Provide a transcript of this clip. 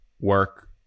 work